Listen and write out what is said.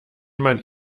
man